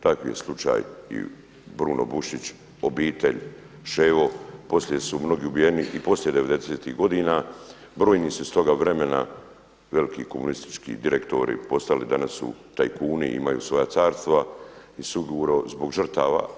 Takav je slučaj Bruno Bušić, obitelj Ševo, poslije su mnogi ubijeni i poslije devedesetih godina, brojni su iz toga vremena veliki komunistički direktori postali danas tajkuni i imaju svoja carstva i sigurno zbog žrtava.